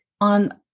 on